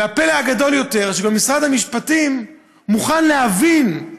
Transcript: והפלא הגדול יותר הוא שמשרד המשפטים מוכן להבין,